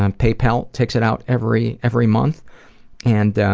um paypal takes it out every every month and